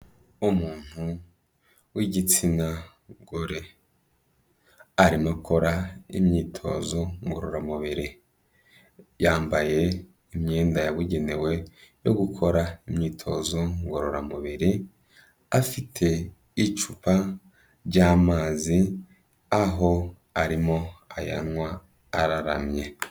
Umuntu w'igitsina gore arimo akora imyitozo ngororamubiri, yambaye imyenda yabugenewe yo gukora imyitozo ngororamubiri, afite icupa ry'amazi aho arimo ayanywa araramye.